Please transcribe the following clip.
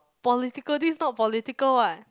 political this is not political [what]